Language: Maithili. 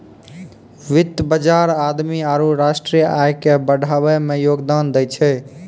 वित्त बजार आदमी आरु राष्ट्रीय आय के बढ़ाबै मे योगदान दै छै